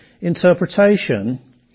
interpretation